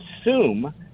assume